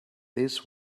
this